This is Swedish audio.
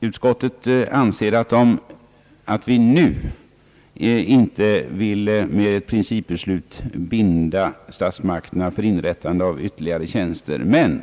Utskottet vill icke nu med ett principbeslut binda statsmakterna för inrättande av ytterligare tjänster.